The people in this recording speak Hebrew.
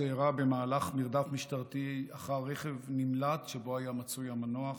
אירע במהלך מרדף משטרתי אחר רכב נמלט שבו היה מצוי המנוח